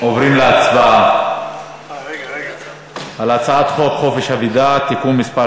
אנחנו עוברים להצבעה על הצעת חוק חופש המידע (תיקון מס'